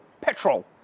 petrol